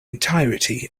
entirety